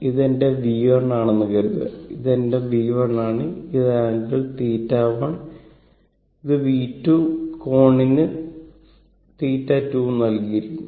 ഇത് എന്റെ V1 ആണെന്ന് കരുതുക ഇത് എന്റെ V1 ആണ് ഇത് ആംഗിൾ θ1 ഇത് V2 ആണ് കോണിന് θ2 നൽകിയിരിക്കുന്നു